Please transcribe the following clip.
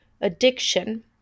Addiction